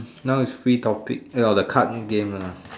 now is free topic eh no the card game ah